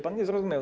Pan nie zrozumiał.